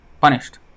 punished